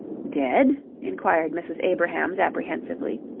dead? inquired mrs. abrahams, apprehensively.